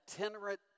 itinerant